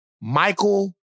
Michael